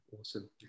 Awesome